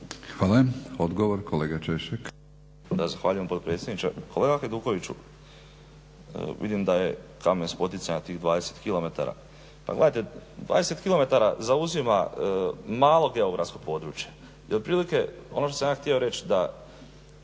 **Češek, Igor (HDSSB)** Zahvaljujem potpredsjedniče. Kolega Hajdukoviću, vidim da je kamen spoticanja tih 20 kilometara. Pa gledajte, 20 kilometara zauzima malo geografsko područje i otprilike, ono što sam ja htio reći da